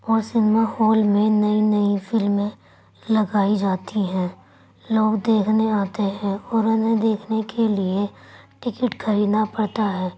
اور cinema hall میں نئی نئی فلمیں لگائی جاتی ہیں لوگ دیکھنے آتے ہیں اور اُنہیں دیکھنے کے لیے ٹکٹ خریدنا پڑتا ہے